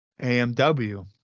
AMW